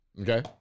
Okay